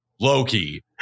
Loki